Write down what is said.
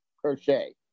crochet